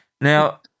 Now